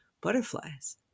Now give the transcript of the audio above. butterflies